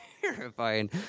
terrifying